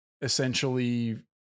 essentially